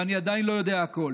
ואני עדיין לא יודע הכול,